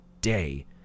day